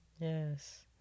yes